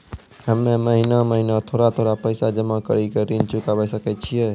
हम्मे महीना महीना थोड़ा थोड़ा पैसा जमा कड़ी के ऋण चुकाबै सकय छियै?